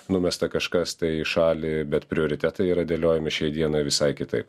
numesta kažkas tai į šalį bet prioritetai yra dėliojami šiai dienai visai kitaip